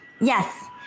Yes